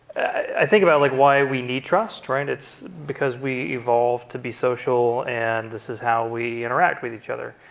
i think about like why we need trust. and it's because we evolved to be social, and this is how we interact with each other.